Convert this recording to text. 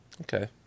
Okay